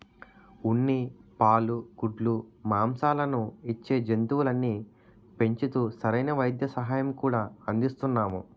ఉన్ని, పాలు, గుడ్లు, మాంససాలను ఇచ్చే జంతువుల్ని పెంచుతూ సరైన వైద్య సహాయం కూడా అందిస్తున్నాము